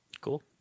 Cool